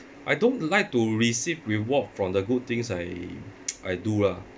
I don't like to receive reward from the good things I I do lah